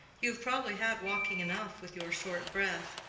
you have probably had walking enough with your short breath.